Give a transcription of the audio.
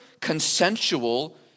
consensual